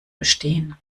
bestehen